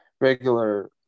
regular